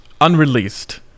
unreleased